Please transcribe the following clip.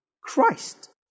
Christ